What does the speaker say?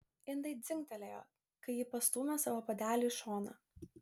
indai dzingtelėjo kai ji pastūmė savo puodelį į šoną